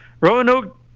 Roanoke